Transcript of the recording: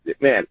man